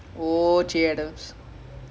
wait நான்:naan link அனுப்பிடேல்ல உன்ட:anuppittaenla unta